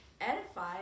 edify